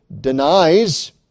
denies